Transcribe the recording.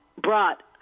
brought